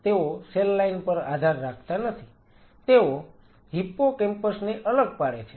તેઓ cell line પર આધાર રાખતા નથી તેઓ હિપ્પોકેમ્પસ ને અલગ પાડે છે